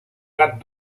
gat